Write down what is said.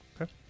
Okay